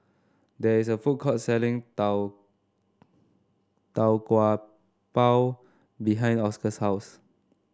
there is a food court selling Tau Tau Kwa Pau behind Oscar's house